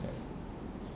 right